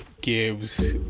gives